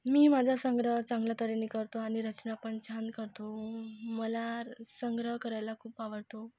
मी माझा संग्रह चांगल्या तऱ्हेने करतो आणि रचना पण छान करतो मला संग्रह करायला खूप आवडतो